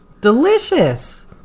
delicious